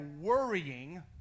worrying